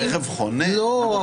רכב חונה --- לא.